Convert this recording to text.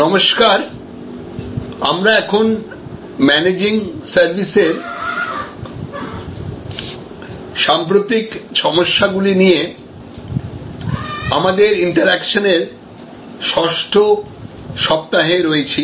নমস্কার আমরা এখন ম্যানেজিং সার্ভিসের সাম্প্রতিক সমস্যাগুলি নিয়ে আমাদের ইন্টেরাকশনের ষষ্ঠ সপ্তাহে রয়েছি